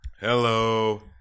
Hello